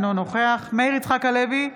אינו נוכח מאיר יצחק הלוי,